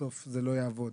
בסוף זה לא יעבוד.